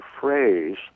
phrase